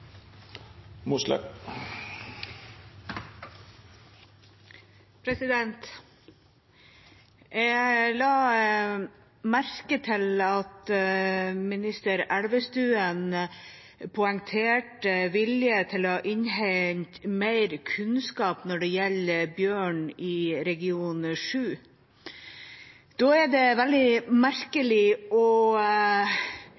Elvestuen poengterte vilje til å innhente mer kunnskap når det gjelder bjørn i region 6. Da er det veldig